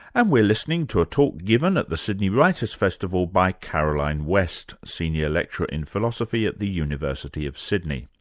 and we're listening to a talk given at the sydney writers' festival by caroline west, senior lecturer in philosophy at the university of sydney.